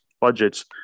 budgets